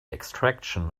extraction